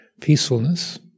peacefulness